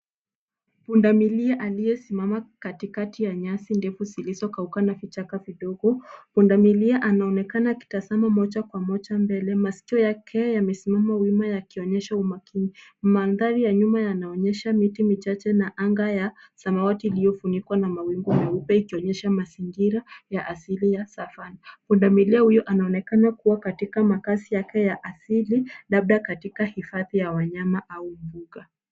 Pundamilia aliyesimama katikati ya nyasi ndefu zilizokauka na kichaka kidogo. Pundamilia anaonekana akitazama moja kwa moja mbele, masikio yake yamesimama wima yakionyesha umakini. Mandhari ya nyuma yanaonyesha miti michache na anga ya samawati iliyo funikwa na mawingu meupe, ikionyesha mazingira ya asilia safa. Pundamilia huyu anaonekana kuwa katika makazi yake ya asili, labda katika hifadhi ya wanyama au mbuga.